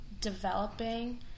developing